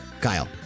Kyle